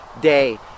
day